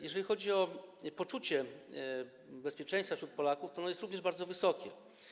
Jeżeli chodzi o poczucie bezpieczeństwa wśród Polaków, ono jest również bardzo wysokie.